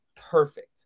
perfect